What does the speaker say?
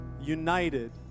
united